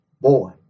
boy